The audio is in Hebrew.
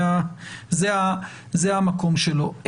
זה המקום שלו.